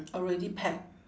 already packed